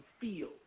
feel